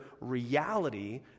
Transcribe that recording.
reality